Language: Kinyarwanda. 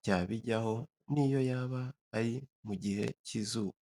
ryabijyaho n'iyo yaba ari mu gihe cy'izuba.